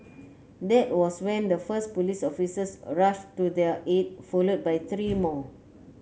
that was when the first police officers rushed to their aid followed by three more